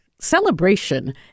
celebration